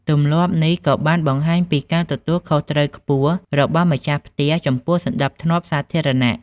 ទម្លាប់នេះក៏បានបង្ហាញពីការទទួលខុសត្រូវខ្ពស់របស់ម្ចាស់ផ្ទះចំពោះសណ្តាប់ធ្នាប់សាធារណៈ។